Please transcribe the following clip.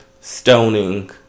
Stoning